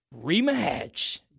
Rematch